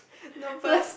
no but